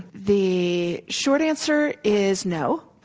the short answer is no.